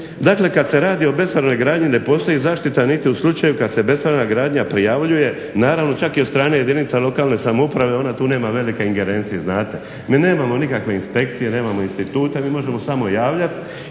Dakle, kad se radi o bespravnoj gradnji ne postoji zaštita niti u slučaju kad se bespravna gradnja prijavljuje, naravno čak i od strane jedinica lokalne samouprave. Ona tu nema velike ingerencije, znate. Mi nemamo nikakve inspekcije, nemamo institute, mi možemo samo javljati.